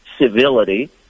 civility